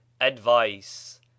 Advice